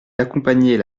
d’accompagner